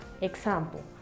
Example